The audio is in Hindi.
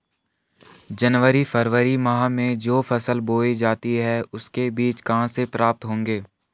जनवरी फरवरी माह में जो फसल बोई जाती है उसके बीज कहाँ से प्राप्त होंगे?